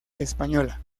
española